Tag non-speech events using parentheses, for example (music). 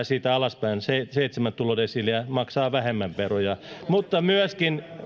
(unintelligible) siitä alaspäin seitsemän tulodesiiliä maksavat vähemmän veroja mutta myöskin